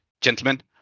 gentlemen